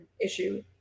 issue